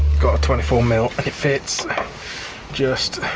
got a twenty four mm and it fits just.